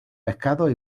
pescados